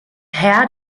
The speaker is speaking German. heer